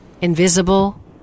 invisible